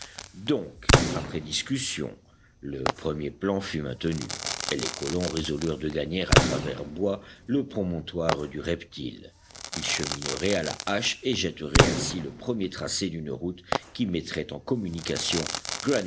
donc après discussion le premier plan fut maintenu et les colons résolurent de gagner à travers bois le promontoire du reptile ils chemineraient à la hache et jetteraient ainsi le premier tracé d'une route qui mettrait en communication